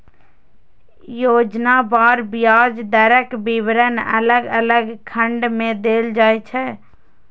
योजनावार ब्याज दरक विवरण अलग अलग खंड मे देल जाइ छै